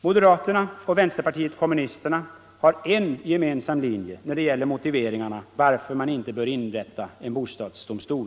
Moderaterna och vänsterpartiet kommunisterna har en gemensam linje när det gäller motiveringarna till att man inte skall inrätta en bostadsdomstol.